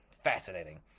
fascinating